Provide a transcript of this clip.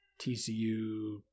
TCU